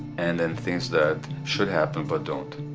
and then things that should happen but don't.